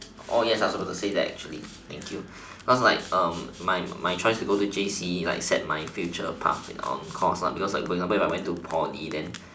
yes I was about to say that actually thank you cause like my choice to go for J_C set my future path on course lah for example if I went to poly then